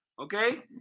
Okay